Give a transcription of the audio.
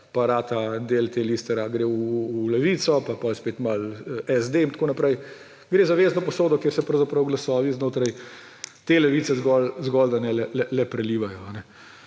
pa del te liste gre v Levico, pa potem spet malo SD in tako naprej. Gre za vezno posodo, kjer se pravzaprav glasovi znotraj te levice le prelivajo.